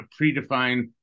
predefined